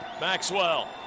Maxwell